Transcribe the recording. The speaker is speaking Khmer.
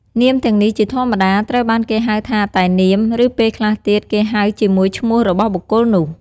នាមទាំងនេះជាធម្មតាត្រូវបានគេហៅថាតែនាម ឬពេលខ្លះទៀតគេហៅជាមួយឈ្មោះរបស់បុគ្គលនោះ។